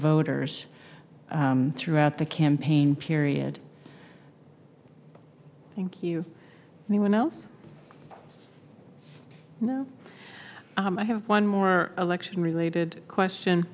voters throughout the campaign period thank you anyone else you know i have one more election related question